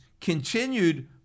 continued